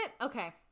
okay